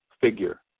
figure